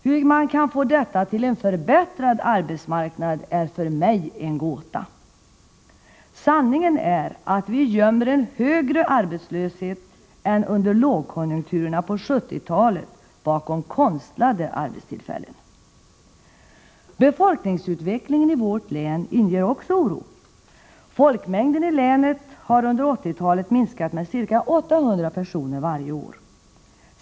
Hur man kan få detta till en förbättrad arbetsmarknad är för mig en gåta. Sanningen är att vi gömmer en högre arbetslöshet än under lågkonjunkturerna på 1970-talet bakom konstlade arbetstillfällen! Befolkningsutvecklingen i vårt län inger också oro. Folkmängden i länet har under 1980-talet minskat med ca 800 personer varje år.